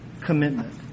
commitment